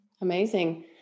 Amazing